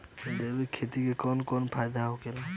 जैविक खेती क कवन कवन फायदा होला?